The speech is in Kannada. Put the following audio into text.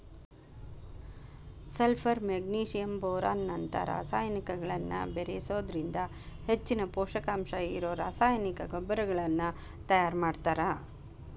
ಸಲ್ಪರ್ ಮೆಗ್ನಿಶಿಯಂ ಬೋರಾನ್ ನಂತ ರಸಾಯನಿಕಗಳನ್ನ ಬೇರಿಸೋದ್ರಿಂದ ಹೆಚ್ಚಿನ ಪೂಷಕಾಂಶ ಇರೋ ರಾಸಾಯನಿಕ ಗೊಬ್ಬರಗಳನ್ನ ತಯಾರ್ ಮಾಡ್ತಾರ